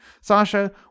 Sasha